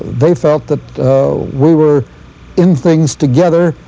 they felt that we were in things together,